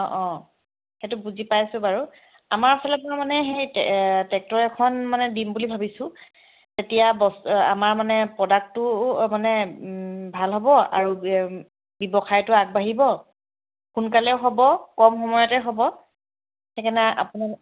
অ অ সেইটো বুজি পাইছোঁ বাৰু আমাৰ ফালৰ পৰা মানে সেই ট্ৰেক্টৰ এখন মানে দিম বুলি ভাবিছোঁ এতিয়া আমাৰ মানে প্ৰদাক্টটো মানে ভাল হ'ব আৰু ব্যৱসায়টো আগবাঢ়িব সোনকালেও হ'ব কম সময়তে হ'ব সেইকাৰণে আপুনি